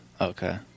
Okay